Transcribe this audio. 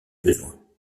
besoins